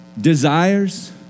desires